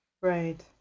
Right